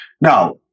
now